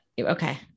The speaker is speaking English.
Okay